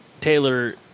Taylor